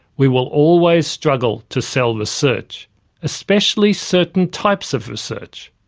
we will always struggle to sell research, especially certain types of research.